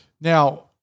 Now